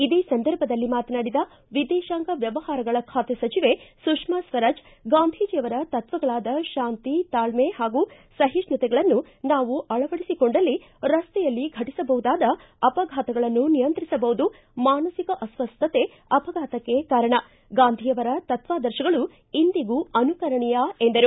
ಇದೇ ಸಂದರ್ಭದಲ್ಲಿ ಮಾತನಾಡಿದ ವಿದೇಶಾಂಗ ವ್ಯವಹಾರಗಳ ಖಾತೆ ಸಚಿವೆ ಸುಷ್ನಾ ಸ್ವರಾಜ್ ಗಾಂಧೀಜಿಯವರ ತತ್ವಗಳಾದ ಶಾಂತಿ ತಾಳ್ನೆ ಹಾಗೂ ಸಹಿಷ್ಣುತೆಗಳನ್ನು ನಾವು ಅಳವಡಿಸಿಕೊಂಡಲ್ಲಿ ರಸ್ತೆಯಲ್ಲಿ ಫಟಸಬಹುದಾದ ಅಪಘಾತಗಳನ್ನು ನಿಯಂತ್ರಿಸಬಹುದು ಮಾನಸಿಕ ಅಸ್ವಸ್ತತೆ ಅಪಘಾತಕ್ಕೆ ಕಾರಣ ಗಾಂಧಿಯವರ ತತ್ವಾದರ್ಶಗಳು ಇಂದಿಗೂ ಅನುಕರಣೀಯ ಎಂದರು